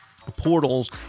portals